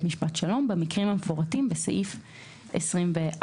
משפט שלום במקרים המפורטים בסעיף 24(ג).